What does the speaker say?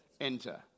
Enter